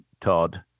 Todd